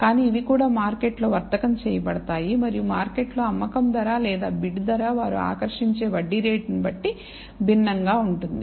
కానీ ఇవి కూడా మార్కెట్లో వర్తకం చేయబడతాయి మరియు మార్కెట్లో అమ్మకపు ధర లేదా బిడ్ ధర వారు ఆకర్షించే వడ్డీ రేటును బట్టి భిన్నంగా ఉంటుంది